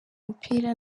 umupira